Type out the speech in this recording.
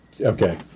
Okay